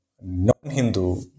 non-Hindu